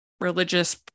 religious